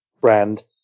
brand